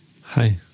Hi